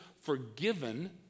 forgiven